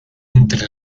entre